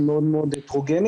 היא מאוד מאוד הטרוגנית,